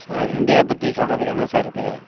sir இந்தியாவை பற்றி சொல்கிறதுக்கு என்ன சார் இருக்குது